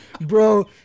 bro